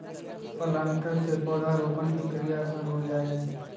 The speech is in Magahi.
प्लांटर से पौधरोपण के क्रिया आसान हो जा हई